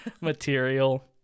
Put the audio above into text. material